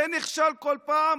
זה נכשל כל פעם.